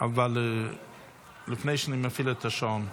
אבל לפני שאני מפעיל את השעון,